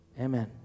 Amen